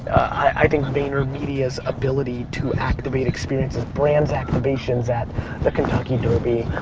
i think vaynermedia's ability to activate experiences, brands activations at the kentucky derby,